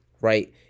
right